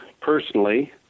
personally